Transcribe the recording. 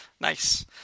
Nice